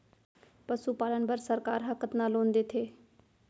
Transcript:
पशुपालन बर सरकार ह कतना लोन देथे?